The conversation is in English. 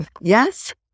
yes